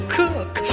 cook